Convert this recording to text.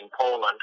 Poland